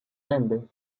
ende